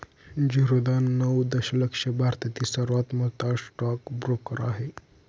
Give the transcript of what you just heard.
झिरोधा नऊ दशलक्ष भारतातील सर्वात मोठा स्टॉक ब्रोकर आहे